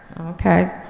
Okay